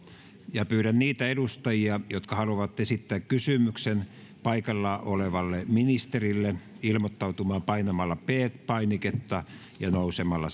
pyydän niitä edustajia jotka haluavat esittää kysymyksen paikalla olevalle ministerille ilmoittautumaan painamalla p painiketta ja nousemalla